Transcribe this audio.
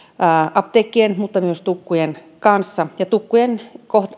apteekkien mutta myös tukkujen kanssa tukkujen